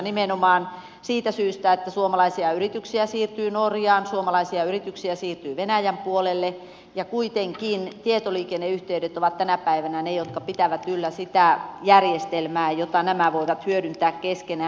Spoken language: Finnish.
nimenomaan siitä syystä että suomalaisia yrityksiä siirtyy norjaan suomalaisia yrityksiä siirtyy venäjän puolelle ja kuitenkin tietoliikenneyhteydet ovat tänä päivänä ne jotka pitävät yllä sitä järjestelmää jota nämä voivat hyödyntää keskenään